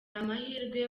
amahirwe